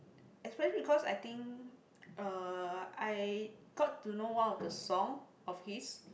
especially because I think uh I got to know one of the song of his